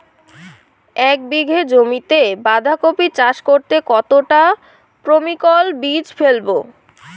এক বিঘা জমিতে বাধাকপি চাষ করতে কতটা পপ্রীমকন বীজ ফেলবো?